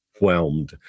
whelmed